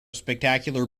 spectacular